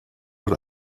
oder